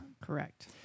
Correct